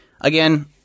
again